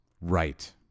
Right